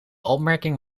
opmerking